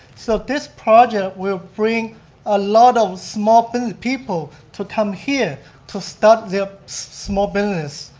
so this project will bring a lot of small business people to come here to start their small business.